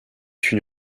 une